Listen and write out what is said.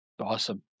Awesome